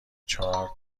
چهار